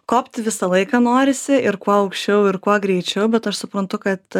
kopti visą laiką norisi ir kuo aukščiau ir kuo greičiau bet aš suprantu kad